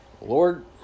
Lord